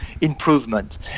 improvement